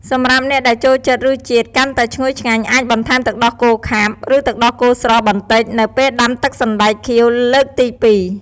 សម្រាប់អ្នកដែលចូលចិត្តរសជាតិកាន់តែឈ្ងុយឆ្ងាញ់ អាចបន្ថែមទឹកដោះគោខាប់ ឬទឹកដោះគោស្រស់បន្តិច នៅពេលដាំទឹកសណ្ដែកខៀវលើកទីពីរ។